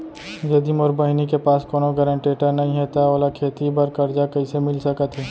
यदि मोर बहिनी के पास कोनो गरेंटेटर नई हे त ओला खेती बर कर्जा कईसे मिल सकत हे?